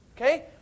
Okay